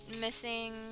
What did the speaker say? missing